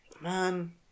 man